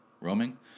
Roaming